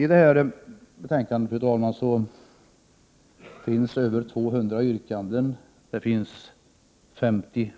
I det är betänkandet finns det över 200 yrkanden — 57